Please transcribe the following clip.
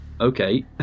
Okay